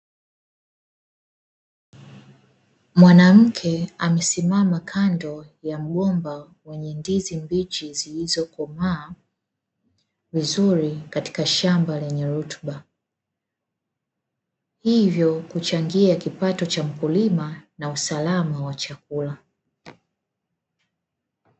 Mwanamke amesimama kando ya mgomba wenye ndizi mbichi zilizo komaa vizuri katika shamba lenye rutuba, hivyo kuchangia kipato cha mkulima na usalama wa chakula.